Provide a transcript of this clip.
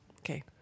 Okay